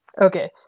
Okay